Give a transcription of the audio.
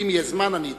אם יהיה זמן אני אתן.